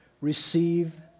receive